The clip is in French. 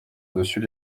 dessus